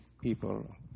people